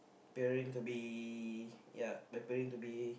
appearing to be ya peer appearing to be